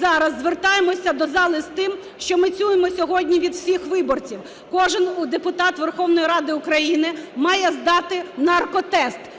зараз звертаємося до зали з тим, що ми чуємо сьогодні від всіх виборців: кожен депутат Верховної Ради України має здати наркотест